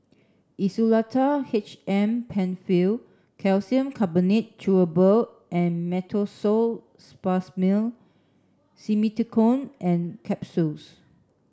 Insulatard H M Penfill Calcium Carbonate Chewable and Meteospasmyl Simeticone Capsules